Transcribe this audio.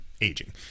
aging